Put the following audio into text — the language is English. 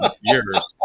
years